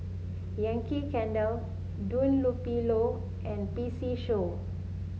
Yankee Candle Dunlopillo and P C Show